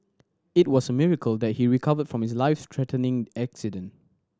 it was miracle that he recovered from his life threatening accident